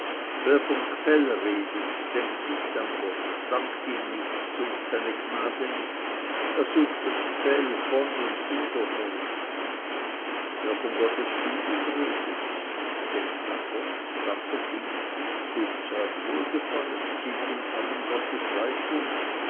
wer vom gfell redet denkt nicht an gott dankt ihm nicht sucht seine gnade nicht er sucht das gfell von und in der welt wer von gottes fügung redet denkt an gott danket ihm sucht sein wohlgefallen sieht in allem gottes leitung